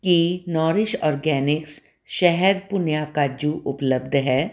ਕੀ nourish organics ਸ਼ਹਿਦ ਭੁੰਨਿਆ ਕਾਜੂ ਉਪਲਬਧ ਹੈ